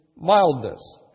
mildness